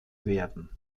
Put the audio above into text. werden